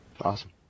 Awesome